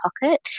pocket